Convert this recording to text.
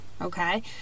Okay